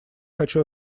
хочу